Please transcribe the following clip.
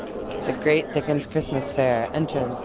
the great dickens christmas fair entrance.